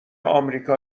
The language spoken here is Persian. آمریکا